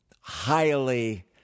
highly